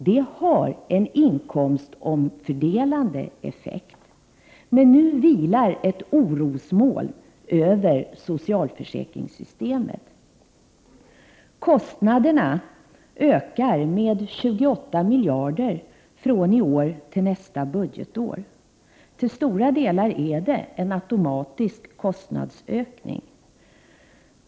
De har en inkomstomfördelande effekt. Men nu vilar ett orosmoln över socialförsäkringssystemet. Kostnaderna ökar med 28 miljarder från i år till nästa budgetår. Till stora delar är det en automatisk kostnadsökning.